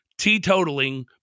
teetotaling